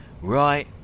right